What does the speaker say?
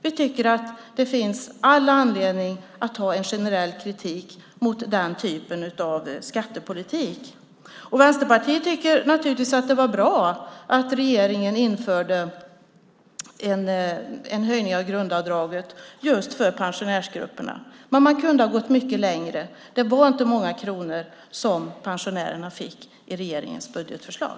Vi tycker att det finns all anledning att ha en generell kritik mot den typen av skattepolitik. Vänsterpartiet tycker naturligtvis att det var bra att regeringen införde en höjning av grundavdraget just för pensionärsgrupperna. Men man kunde ha gått mycket längre. Det var inte många kronor som pensionärerna fick i regeringens budgetförslag.